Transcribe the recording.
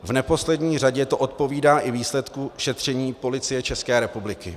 V neposlední řadě to odpovídá i výsledku šetření Policie České republiky.